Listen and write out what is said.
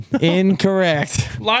Incorrect